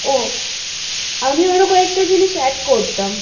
ও আমি আরো কয়েকটা জিনিস অ্যাড করতাম